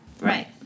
Right